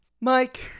Mike